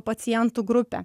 pacientų grupė